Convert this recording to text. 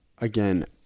Again